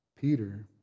Peter